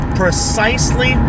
precisely